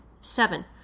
Seven